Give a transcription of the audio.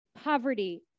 poverty